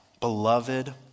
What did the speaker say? Beloved